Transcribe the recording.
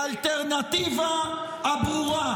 לאלטרנטיבה הברורה,